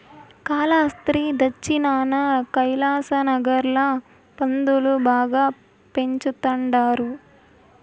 కాలాస్త్రి దచ్చినాన కైలాసనగర్ ల పందులు బాగా పెంచతండారు